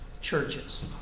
churches